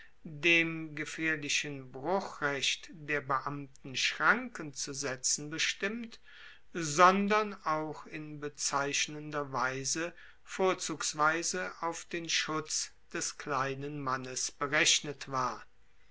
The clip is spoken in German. dem gefaehrlichen bruchrecht der beamten schranken zu setzen bestimmt sondern auch in bezeichnender weise vorzugsweise auf den schutz des kleinen mannes berechnet war